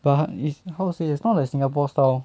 but is how to say it's not like singapore style